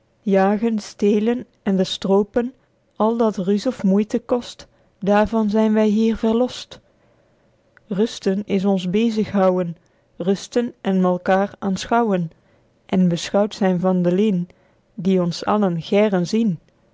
jagen stelen ende stropen al dat ruze of moeite kost daervan zyn wy hier verlost rusten is ons bezig houwen rusten en malkaêr aenschouwen en beschouwd zyn van de liên die ons allen geren zien